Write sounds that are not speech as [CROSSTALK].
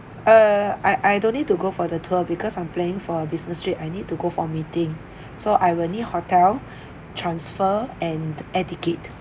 err I I don't need to go for the tour because I'm planning for a business trip I need to go for meeting so I will need hotel [BREATH] transfer and air ticket